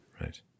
right